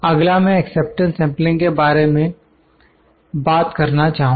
अगला मैं acceptance sampling के बारे में बात करना चाहूँगा